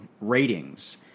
ratings